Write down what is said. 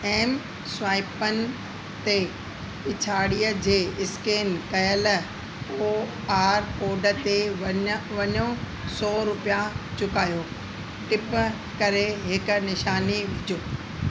M स्वाइपनि ते पिछाड़ीअ जे स्केन कयल को आर कोड ते वञ वञो सौ रुपिया चुकायो टिप करे हिकु निशानी विझो